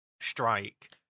strike